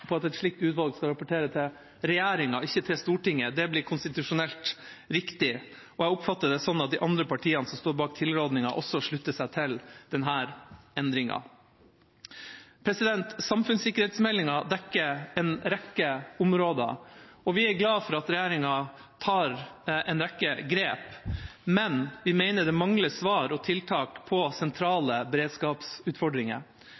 utvalg skal rapportere til regjeringa, ikke til Stortinget. Det blir konstitusjonelt riktig, og jeg oppfatter det slik at de andre partiene som står bak tilrådingen, også slutter seg til denne endringen. Samfunnssikkerhetsmeldinga dekker en rekke områder, og vi er glade for at regjeringa tar en rekke grep, men vi mener det mangler svar og tiltak på